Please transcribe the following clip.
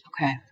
Okay